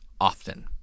often